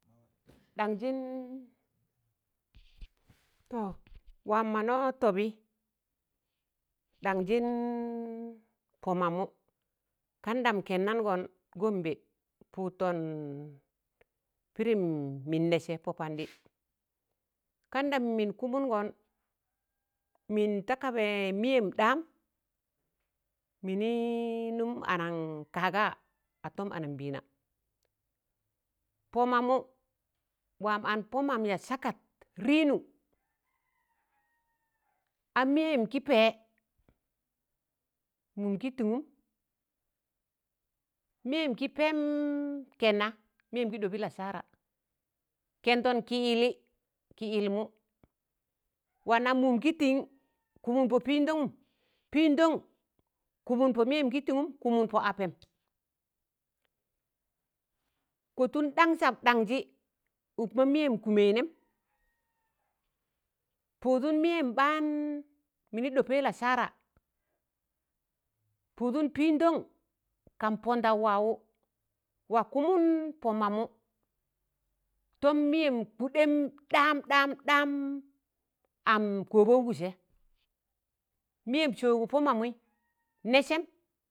Ɗanjịn nọ wam mọnọ tọbị danjịn pọ mamụ kanḍam kẹnangọn gombe pụụdtọn pịrịm mịn nẹ sẹ pọpandị kan ɗam mịn kụmụngọn mịn ta kabẹ mịyẹm ɗaan, mịnị nụm anan kaga'a tọm anambịịna, pọ mamụ wam an pọ mam ya sakat, rịịnụ, a mịyem kị pẹ, mụm kị tịṇụm, mịyẹm kị pẹẹm kẹnna mịyẹm gị ɗọbị lasara kẹndọn kị yịllị kị yịlmụ, wana mụm kị tịn kụmụn pọ pịndaṇgụm pịndụn kụmụn pọ mi̱yẹm kị tịṇụm, kụmụn pọ apẹm, kọ tụn daṇ sab ɗ̣aṇjị ụk ma mịyẹm kụmẹị nẹm, pụụdụn mịyẹm ɓaan mịnị ɗọpẹi lasara pụụdụn pịndọn kan pọndọụ wawụ, wa kụmụn pọ, mamụ tọm mịyẹm kụdẹm ɗaan ɗaan daam am kọboụgụ sẹ mịyẹm sọugọ pọ mamụị nẹ sẹm.